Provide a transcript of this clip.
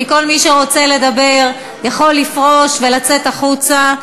כל מי שרוצה לדבר יכול לפרוש ולצאת החוצה.